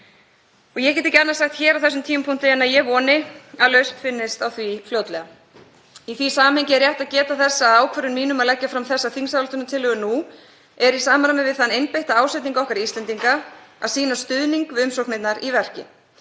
Ég get ekki annað sagt hér á þessum tímapunkti en að ég voni að lausn finnist á því fljótlega. Í því samhengi er rétt að geta þess að ákvörðun mín um að leggja fram þessa þingsályktunartillögu nú er í samræmi við þann einbeitta ásetning okkar Íslendinga að sýna stuðning við umsóknirnar í verki.